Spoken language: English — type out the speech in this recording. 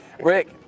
Rick